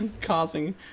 Causing